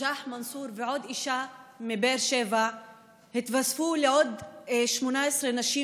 נג'אח מנסור ועוד אישה מבאר שבע התווספו ל-18 נשים